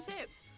tips